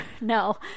No